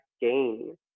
gain